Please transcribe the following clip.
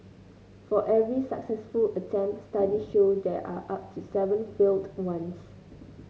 for every successful attempt studies show there are up to seven failed ones